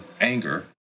anger